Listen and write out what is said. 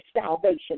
salvation